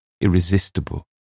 irresistible